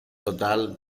total